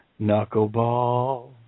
Knuckleball